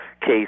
case